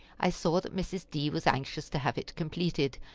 i saw that mrs. d. was anxious to have it completed,